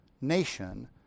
nation